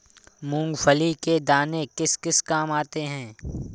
मूंगफली के दाने किस किस काम आते हैं?